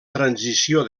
transició